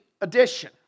addition